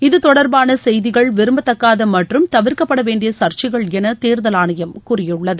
இதுதொடர்பான செய்திகள் விரும்பத்தகாத மற்றும் தவிர்க்கப்பட வேண்டிய சர்ச்சைகள் என தேர்தல் ஆணையம் கூறியுள்ளது